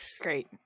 great